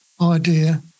idea